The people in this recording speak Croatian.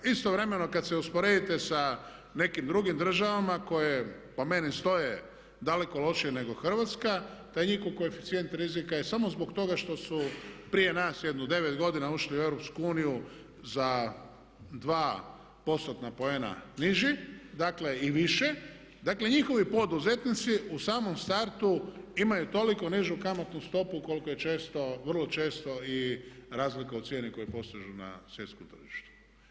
Istovremeno kad se usporedite sa nekim drugim državama koje po meni stoje daleko lošije nego Hrvatska, da je njihov koeficijent rizika je samo zbog toga što su prije nas jedno 9 godina ušli u EU za 2%-tna poena niži i više, dakle njihovi poduzetnici u samom startu imaju toliku nižu kamatnu stopu koliko je često, vrlo često i razlika u cijeni koju postižu na svjetskom tržištu.